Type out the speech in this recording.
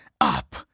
up